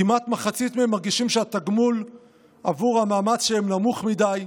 כמעט מחצית מהם מרגישים שהתגמול עבור המאמץ שלהם נמוך מדי,